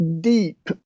deep